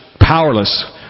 powerless